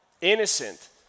innocent